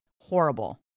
horrible